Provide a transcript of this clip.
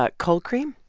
ah cold cream?